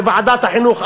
בוועדת החינוך,